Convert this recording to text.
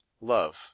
Love